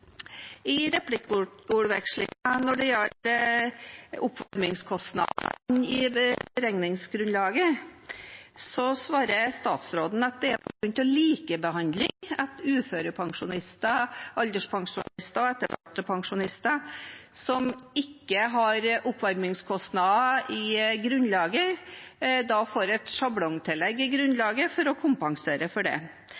I replikkordvekslingen når det gjaldt oppvarmingskostnader inn i beregningsgrunnlaget, svarte statsråden at det er på grunn av likebehandling at uførepensjonister, alderspensjonister og etterlattepensjonister som ikke har oppvarmingskostnader i grunnlaget, får et sjablongtillegg i